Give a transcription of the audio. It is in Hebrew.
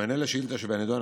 במענה על השאילתה שבנדון,